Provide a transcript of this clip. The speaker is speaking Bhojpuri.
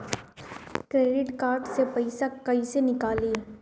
क्रेडिट कार्ड से पईसा केइसे निकली?